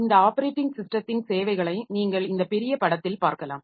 இந்த ஆப்பரேட்டிங் ஸிஸ்டத்தின் சேவைகளை நீங்கள் இந்த பெரிய படத்தில் பார்க்கலாம்